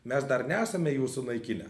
mes dar nesame jų sunaikinę